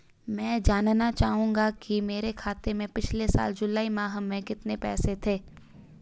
मैं जानना चाहूंगा कि मेरे खाते में पिछले साल जुलाई माह में कितने पैसे थे?